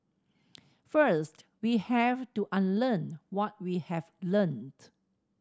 first we have to unlearn what we have learnt